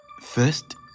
First